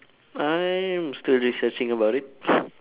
I am still researching about it